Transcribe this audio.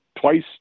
twice